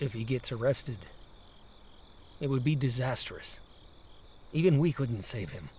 if he gets arrested it would be disastrous even we couldn't save him